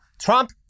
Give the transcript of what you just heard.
Trump